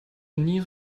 new